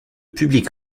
public